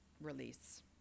release